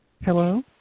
Hello